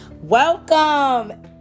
Welcome